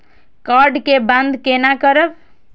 Card के बन्द केना करब?